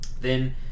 Then